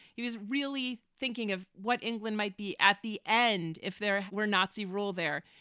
he was really thinking of what england might be at the end if there were nazi rule there.